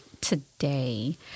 today